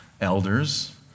elders